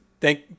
Thank